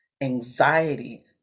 anxiety